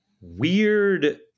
weird